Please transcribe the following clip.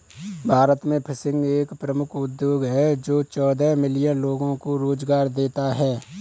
भारत में फिशिंग एक प्रमुख उद्योग है जो चौदह मिलियन लोगों को रोजगार देता है